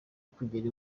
kugera